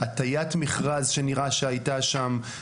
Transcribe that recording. הטיית מכרז שנראה שהייתה שם,